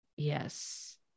Yes